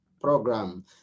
program